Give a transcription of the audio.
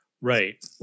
Right